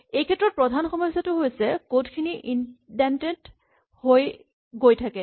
এইক্ষেত্ৰত প্ৰধান সমাস্যাটো হৈছে ক'ড খিনি ইন্ডেন্টেড হৈ গৈ থাকে